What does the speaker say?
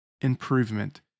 improvement